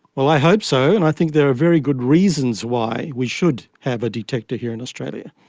well, i hope so, and i think there are very good reasons why we should have a detector here in australia.